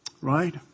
Right